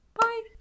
Bye